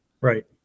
Right